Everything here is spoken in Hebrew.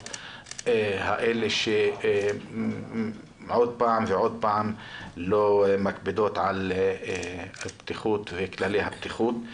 האלה שעוד פעם ועוד פעם לא מקפידות על בטיחות וכללי הבטיחות.